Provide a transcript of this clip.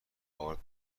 آرد